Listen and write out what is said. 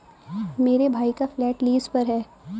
मेरे भाई का फ्लैट लीज पर है